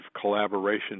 collaboration